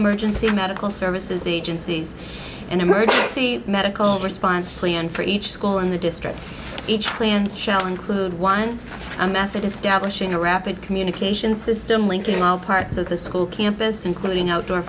emergency medical services agencies and emergency medical response plan for each school in the district each plan shall include one method establishing a rapid communication system linking all parts of the school campus including outdoor